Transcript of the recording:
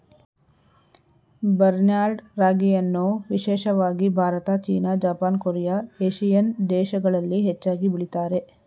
barnyard ರಾಗಿಯನ್ನು ವಿಶೇಷವಾಗಿ Bharat, China, Japan, Korea, Asian ದೇಶಗಳಲ್ಲಿ ಹೆಚ್ಚಾಗಿ ಬೆಳಿತಾರೆ